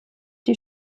die